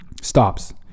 stops